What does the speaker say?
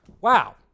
Wow